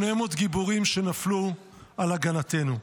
800 גיבורים שנפלו על הגנתנו.